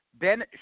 Ben